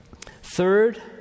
Third